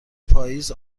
پاییز